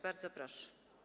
Bardzo proszę.